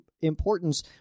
importance